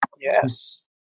Yes